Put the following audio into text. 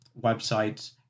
websites